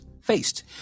faced